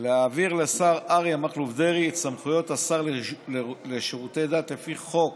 להעביר לשר אריה מכלוף דרעי את סמכויות השר לשירותי דת לפי חוק